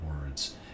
words